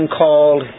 called